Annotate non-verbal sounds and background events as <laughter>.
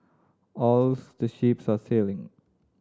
all <unintelligible> the ships are sailing